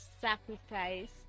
sacrifice